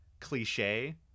cliche